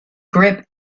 grip